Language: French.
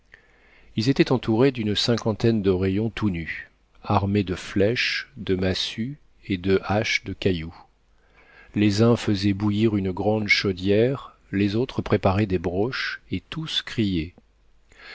ils étaient entourés d'une cinquantaine d'oreillons tout nus armés de flèches de massues et de haches de caillou les uns fesaient bouillir une grande chaudière les autres préparaient des broches et tous